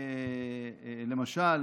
למשל,